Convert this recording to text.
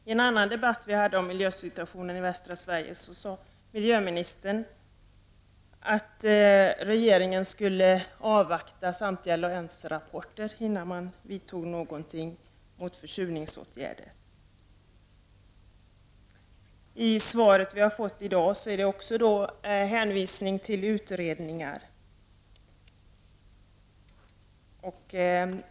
I en annan debatt vi hade om miljösituationen i västra Sverige sade miljöministern att regeringen skulle avvakta samtliga konsekvensrapporter innan man vidtog några åtgärder mot försurningen. I svaret vi har fått i dag hänvisas också till utredningar.